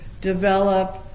develop